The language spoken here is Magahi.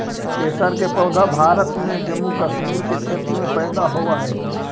केसर के पौधा भारत में जम्मू कश्मीर के क्षेत्र में पैदा होवऽ हई